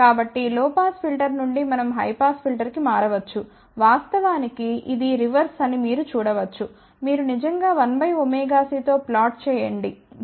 కాబట్టి low pass filter నుండి మనం హై పాస్ ఫిల్టర్కి మారవచ్చు వాస్తవానికి ఇది రివర్స్ అని మీరు చూడవచ్చు మీరు నిజంగా 1ωc తో ప్లాట్ చేయడం గురించి ఆలోచించవచ్చు